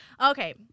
Okay